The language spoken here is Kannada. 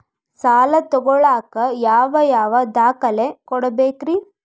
ಸಾಲ ತೊಗೋಳಾಕ್ ಯಾವ ಯಾವ ದಾಖಲೆ ಕೊಡಬೇಕ್ರಿ?